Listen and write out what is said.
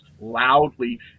loudly